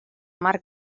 mar